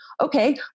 okay